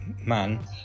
man